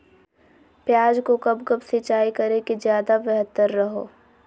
प्याज को कब कब सिंचाई करे कि ज्यादा व्यहतर हहो?